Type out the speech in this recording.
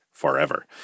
forever